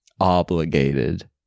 obligated